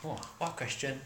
!wah! what question